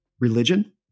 religion